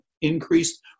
increased